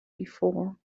before